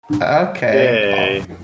Okay